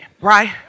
right